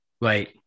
Right